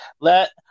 let